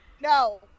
No